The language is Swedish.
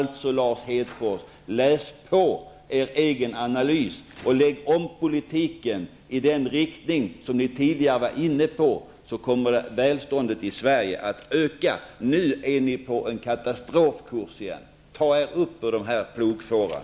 Läs er egen analys, Lars Hedfors, och lägg om politiken i den riktning som ni tidigare var inne på, så kommer välståndet i Sverige att öka! Nu är ni på en katastrofkurs. Ta er upp ur den här plogfåran!